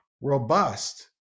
robust